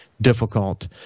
difficult